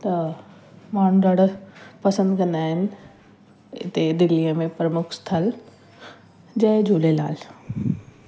त माण्हू ॾाढा पसंदि कंदा आहिनि हिते दिल्लीअ में प्रमुख स्थल जय झूलेलाल